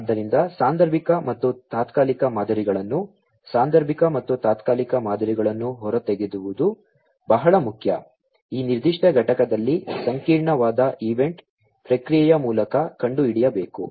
ಆದ್ದರಿಂದ ಸಾಂದರ್ಭಿಕ ಮತ್ತು ತಾತ್ಕಾಲಿಕ ಮಾದರಿಗಳನ್ನು ಸಾಂದರ್ಭಿಕ ಮತ್ತು ತಾತ್ಕಾಲಿಕ ಮಾದರಿಗಳನ್ನು ಹೊರತೆಗೆಯುವುದು ಬಹಳ ಮುಖ್ಯ ಈ ನಿರ್ದಿಷ್ಟ ಘಟಕದಲ್ಲಿ ಸಂಕೀರ್ಣವಾದ ಈವೆಂಟ್ ಪ್ರಕ್ರಿಯೆಯ ಮೂಲಕ ಕಂಡುಹಿಡಿಯಬೇಕು